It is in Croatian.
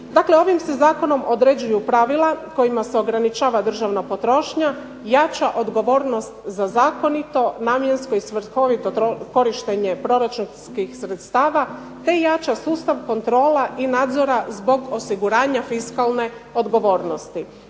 Dakle, ovim se Zakonom određuju pravila kojima se ograničava državna potrošnja, jača odgovornost za zakonito, namjensko i svrhovito korištenje proračunskih sredstava, te jača sustav kontrola i nadzora zbog osiguranja fiskalne odgovornosti.